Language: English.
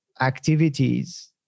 activities